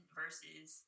versus